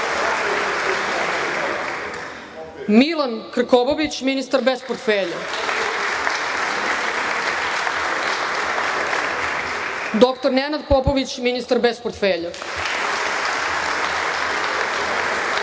Milan Krkobabić, ministar bez portfelja i dr Nenad Popović, ministar bez portfelja. Da